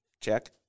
check